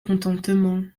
contentement